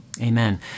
Amen